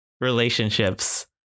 relationships